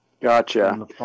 Gotcha